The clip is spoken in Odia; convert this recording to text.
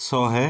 ଶହେ